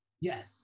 Yes